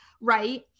right